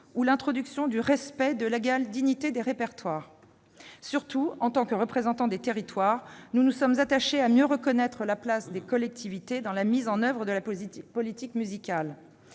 l'introduction du « respect de l'égale dignité des répertoires ». Surtout, en tant que représentants des territoires, nous nous sommes attachés à mieux reconnaître la place des collectivités dans la mise en oeuvre de la politique musicale